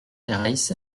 reiss